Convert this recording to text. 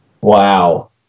Wow